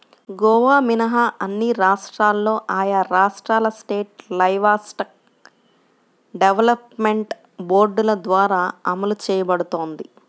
గోవా మినహా అన్ని రాష్ట్రాల్లో ఆయా రాష్ట్రాల స్టేట్ లైవ్స్టాక్ డెవలప్మెంట్ బోర్డుల ద్వారా అమలు చేయబడుతోంది